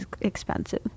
expensive